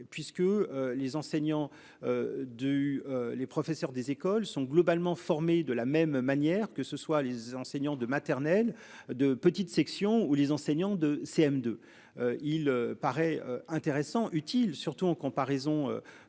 puisque les enseignants. Du les professeurs des écoles sont globalement formés de la même manière que ce soit les enseignants de maternelle de petite section où les enseignants de CM2. Il paraît intéressant, utile, surtout en comparaison